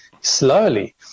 slowly